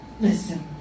Listen